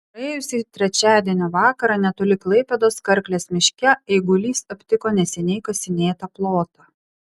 praėjusį trečiadienio vakarą netoli klaipėdos karklės miške eigulys aptiko neseniai kasinėtą plotą